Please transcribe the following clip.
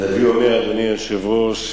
הנביא אומר, אדוני היושב-ראש: